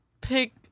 pick